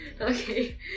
Okay